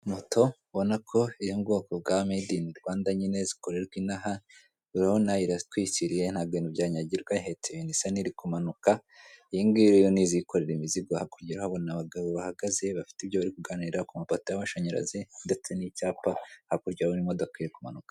Moto ubona ko iri mu bwoko bwa meyidi ini Rwanda nyine zikorerwa inaha urabona iratwikiriye ntago ibintu byanyagirwa ihetse ibintu isa niri kumanuka iyingiyi rero nt'izikorera imizigo hakurya urahabona abagabo bahagaze bafite ibyo bari kuganira kumapoto y'amashanyarazi ndetse n'icyapa hakurya urabona imodoka iri kumanuka.